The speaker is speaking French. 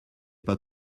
pas